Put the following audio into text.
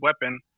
weapon